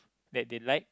that they like